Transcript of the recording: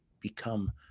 become